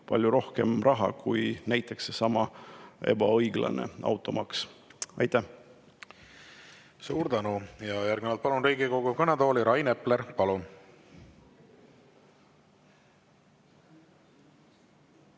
palju rohkem raha kui näiteks seesama ebaõiglane automaks. Aitäh! Suur tänu! Järgnevalt palun Riigikogu kõnetooli Rain Epleri. Palun!